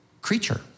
creature